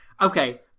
Okay